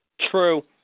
True